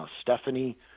stephanie